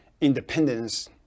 independence